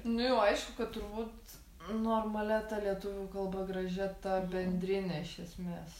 nu jau aišku kad turbūt normalia ta lietuvių kalba gražia ta bendrine iš esmės